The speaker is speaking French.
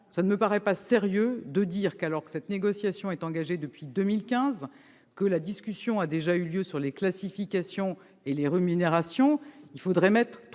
il ne me paraît pas sérieux, alors que la négociation est engagée depuis 2015, que la discussion a déjà eu lieu sur les classifications et les rémunérations, et que des